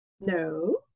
No